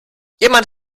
jemand